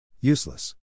Useless